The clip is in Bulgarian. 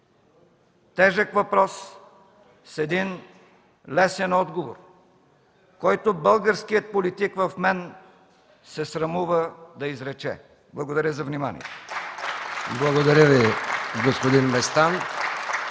Тежък въпрос с един лесен отговор, който българският политик в мен се срамува да изрече. Благодаря за вниманието.